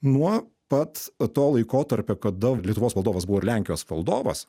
nuo pat to laikotarpio kada lietuvos valdovas buvo ir lenkijos valdovas